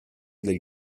del